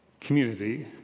community